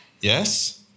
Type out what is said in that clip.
yes